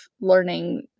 learning